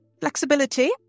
Flexibility